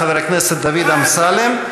חבר הכנסת דוד אמסלם,